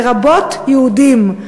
לרבות יהודים.